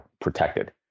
protected